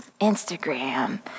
Instagram